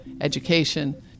education